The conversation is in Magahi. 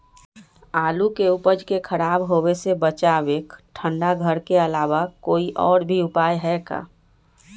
आलू के उपज के खराब होवे से बचाबे ठंडा घर के अलावा कोई और भी उपाय है का?